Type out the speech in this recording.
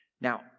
Now